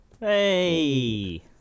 hey